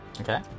Okay